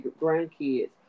grandkids